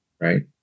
right